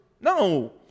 No